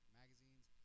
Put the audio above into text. magazines